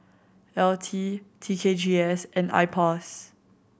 LT T K G S and IPOS